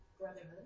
...brotherhood